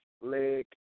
leg